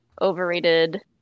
overrated